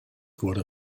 wurde